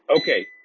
Okay